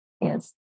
Yes